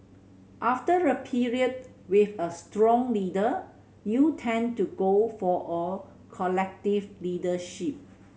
after a period with a strong leader you tend to go for a collective leadership